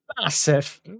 massive